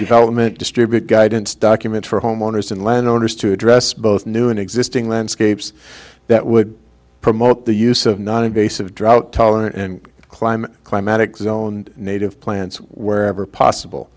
development distribute guidance documents for homeowners and land owners to address both new and existing landscapes that would promote the use of noninvasive drought tolerant and climate climatic zone native plants wherever possible